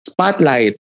Spotlight